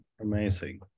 Amazing